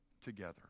together